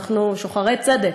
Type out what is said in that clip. אנחנו שוחרי צדק.